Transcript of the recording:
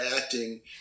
acting